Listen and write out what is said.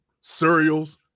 cereals